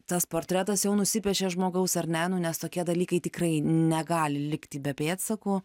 tas portretas jau nusipiešė žmogaus ar ne nu nes tokie dalykai tikrai negali likti be pėdsakų